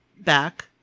back